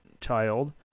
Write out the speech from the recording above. child